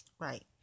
Right